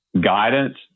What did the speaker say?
guidance